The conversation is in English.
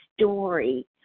story